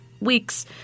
weeks